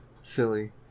silly